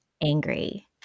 angry